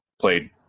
played